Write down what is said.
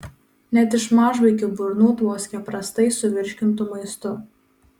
net iš mažvaikių burnų tvoskia prastai suvirškintu maistu